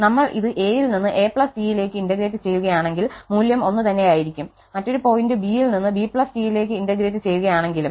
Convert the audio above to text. നമ്മൾ ഇത് a യിൽ നിന്ന് a T യിലേക്ക് ഇന്റഗ്രേറ്റ് ചെയ്യുകയാണെങ്കിൽ മൂല്യം ഒന്നുതന്നെയായിരിക്കും മറ്റൊരു പോയിന്റ് b യിൽ നിന്ന് b T യിലേക്ക് ഇന്റഗ്രേറ്റ് ചെയ്യുകയാണെങ്കിലും